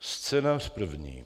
Scénář první.